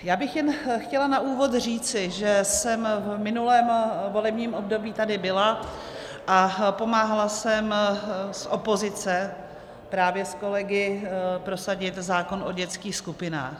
Já bych jen chtěla na úvod říci, že jsem v minulém volebním období tady byla a pomáhala jsem z opozice právě s kolegy prosadit zákon o dětských skupinách.